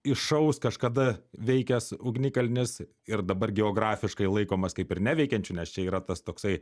iššaus kažkada veikęs ugnikalnis ir dabar geografiškai laikomas kaip ir neveikiančiu nes čia yra tas toksai